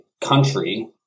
country